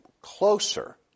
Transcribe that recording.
closer